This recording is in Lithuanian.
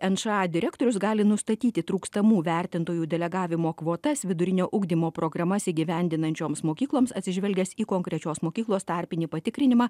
nša direktorius gali nustatyti trūkstamų vertintojų delegavimo kvotas vidurinio ugdymo programas įgyvendinančioms mokykloms atsižvelgęs į konkrečios mokyklos tarpinį patikrinimą